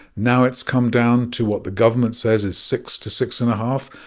now it's come down to what the government says is six to six and a half.